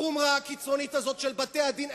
החומרה הקיצונית הזאת של בתי-הדין,